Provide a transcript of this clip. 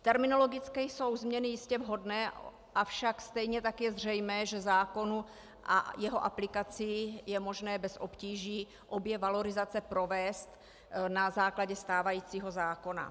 Terminologicky jsou změny jistě vhodné, avšak stejně tak je zřejmé, že je možné bez obtíží obě valorizace provést na základě stávajícího zákona.